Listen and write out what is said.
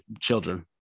children